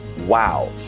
wow